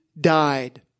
died